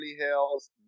Hills